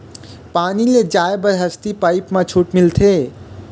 पानी ले जाय बर हसती पाइप मा छूट मिलथे?